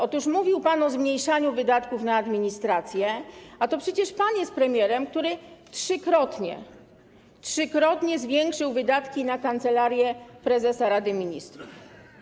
Otóż mówił pan o zmniejszaniu wydatków na administrację, a to przecież pan jest premierem, który trzykrotnie - trzykrotnie - zwiększył wydatki na Kancelarię Prezesa Rady Ministrów.